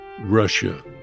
Russia